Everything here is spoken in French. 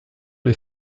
les